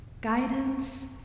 Guidance